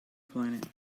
planet